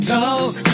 talk